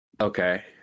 Okay